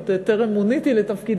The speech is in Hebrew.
עוד בטרם מוניתי לתפקיד,